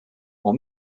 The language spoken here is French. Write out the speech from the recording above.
ont